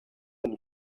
del